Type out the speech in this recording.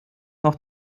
noch